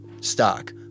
stock